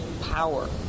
power